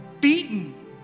beaten